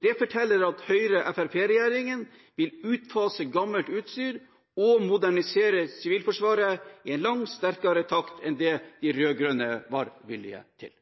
Dette forteller at Høyre–Fremskrittsparti-regjeringen vil utfase gammelt utstyr og modernisere Sivilforsvaret i en langt sterkere takt enn det de rød-grønne var villige til.